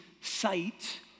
sight